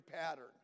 pattern